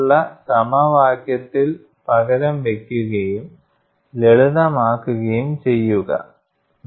അതിനാൽ നിങ്ങൾ യിൽഡ് ക്രൈറ്റീരിയയിലേക്ക് പ്രവേശിക്കുമ്പോൾ ഞാൻ ഉദ്ദേശിക്കുന്നത് മാക്സിമം സ്ട്രെസ് യിൽഡിങ്ങിനനുസരിച്ചുള്ള സ്ട്രെസ്ന്റെ മൂല്യം 3 സിഗ്മ ys ആയിരിക്കില്ല